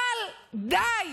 אבל די,